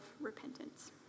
repentance